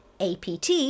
APT